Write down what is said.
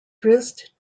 drizzt